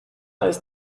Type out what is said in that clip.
ist